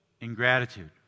ingratitude